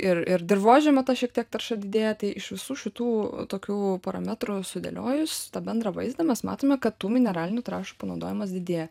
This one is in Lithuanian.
ir ir dirvožemio ta šiek tiek tarša didėja tai iš visų šitų tokių parametrų sudėliojus tą bendrą vaizdą mes matome kad tų mineralinių trąšų panaudojimas didėja